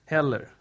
Heller